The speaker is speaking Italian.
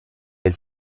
del